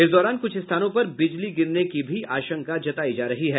इस दौरान कुछ स्थानों पर बिजली गिरने की भी आशंका जतायी जा रही है